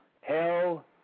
hell